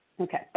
Okay